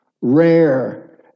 rare